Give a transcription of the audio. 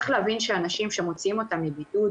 צריך להבין שאנשים שמוציאים אותם מבידוד,